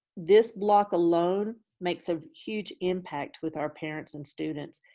this block alone makes a huge impact with our parents and students,